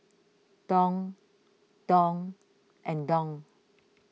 Dong Dong and Dong